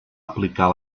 aplicar